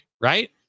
right